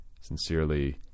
Sincerely